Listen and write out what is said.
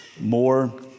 more